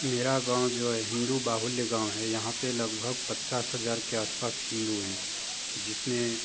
मेरा गाँव जो है हिंदू बाहुल्य गाँव है यहाँ पे लगभग पचास हज़ार के आस पास हिंदू हैं जिस में